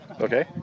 Okay